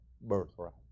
birthright